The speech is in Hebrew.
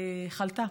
חלתה,